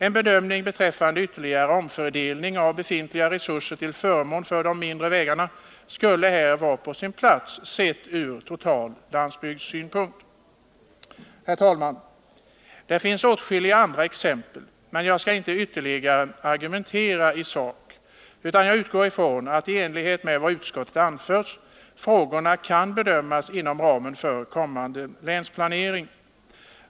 En bedömning beträffande ytterligare omfördelning av befintliga resurser till förmån för de mindre vägarna skulle här vara på sin plats, sett ur total landsbygdssynpunkt. Herr talman! Här finns åtskilliga andra exempel, men jag skall inte ytterligare argumentera i sak, utan jag utgår ifrån att frågorna, i enlighet med vad utskottet anfört, kan bedömas inom ramen för kommande länsplanering.